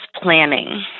planning